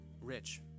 rich